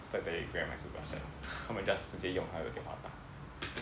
在 Telegram 还是 WhatsApp 他们 just 直接用他的电话打